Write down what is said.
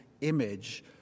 image